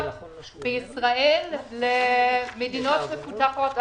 בישראל יחסית למדינות מפותחות אחרות.